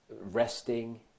resting